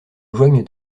joignent